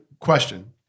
question